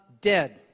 dead